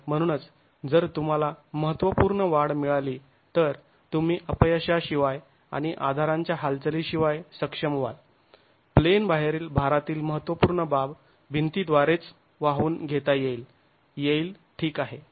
आणि म्हणूनच जर तुम्हाला महत्त्वपूर्ण वाढ मिळाली तर तुम्ही अपयशाशिवाय आणि आधारांच्या हालचाली शिवाय सक्षम व्हाल प्लेन बाहेरील भारातील महत्त्वपूर्ण बाब भिंती द्वारेच वाहून घेता येईल येईल ठीक आहे